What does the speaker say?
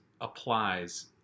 applies